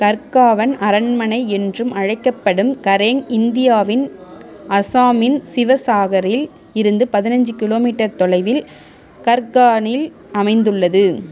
கர்காவன் அரண்மனை என்றும் அழைக்கப்படும் கரேங் இந்தியாவின் அசாமின் சிவசாகரில் இருந்து பதினஞ்சு கிலோமீட்டர் தொலைவில் கர்கானில் அமைந்துள்ளது